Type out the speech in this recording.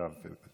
עכשיו לדבר.